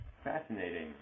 Fascinating